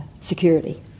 security